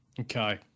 Okay